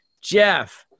Jeff